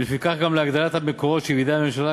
ולפיכך גם להגדלת המקורות שבידי הממשלה,